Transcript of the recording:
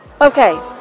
Okay